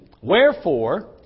Wherefore